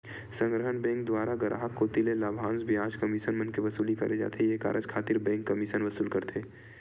संग्रहन बेंक दुवारा गराहक कोती ले लाभांस, बियाज, कमीसन मन के वसूली करे जाथे ये कारज खातिर बेंक कमीसन वसूल करथे